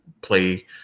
play